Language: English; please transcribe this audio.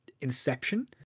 inception